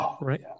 Right